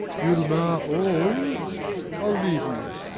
you'll mar all i'll leave you.